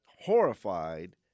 horrified